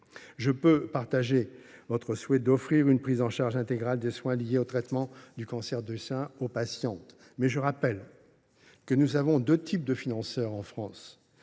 Je peux partager votre souhait d’offrir aux patientes une prise en charge intégrale des soins liés au traitement du cancer du sein. Mais je rappelle que nous avons deux types de financeurs en France